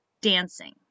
dancing